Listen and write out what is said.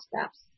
steps